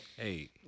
Hey